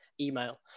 email